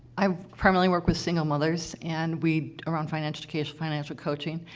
i primarily work with single mothers, and we around financial education, financial coaching,